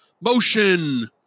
motion